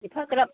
एफाग्राब